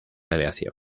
aleación